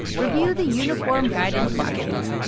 review the uniform guidance document,